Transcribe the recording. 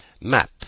Map